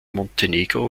montenegro